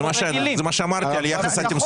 זה מה שאמרתי, על יחס התמסורת.